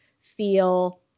feel